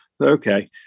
okay